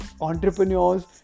entrepreneurs